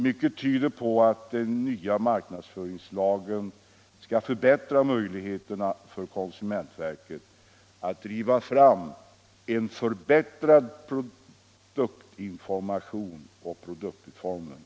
Mycket tyder på att den nya marknadsföringslagen kommer att 26 maj 1976 förbättra möjligheterna för konsumentverket att driva fram bättre pro = duktinformation och produktutformning.